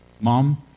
Mom